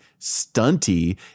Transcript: stunty